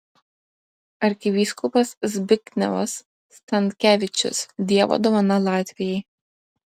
arkivyskupas zbignevas stankevičius dievo dovana latvijai